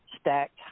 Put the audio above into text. stacked